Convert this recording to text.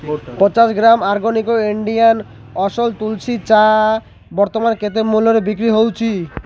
ପଚାଶ gram organic India ଅସଲ ତୁଳସୀ ଚା ବର୍ତ୍ତମାନ କେତେ ମୂଲ୍ୟରେ ବିକ୍ରି ହେଉଛି